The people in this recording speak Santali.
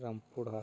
ᱨᱟᱢᱯᱩᱨ ᱦᱟᱴ